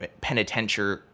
penitentiary